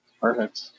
Perfect